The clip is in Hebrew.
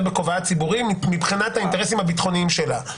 בכובעה הציבורי מבחינת האינטרסים הביטחוניים שלה.